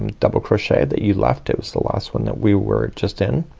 and double crochet that you left. it was the last one that we were just in.